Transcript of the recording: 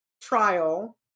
trial